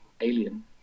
Alien